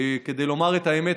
כדי לומר את האמת,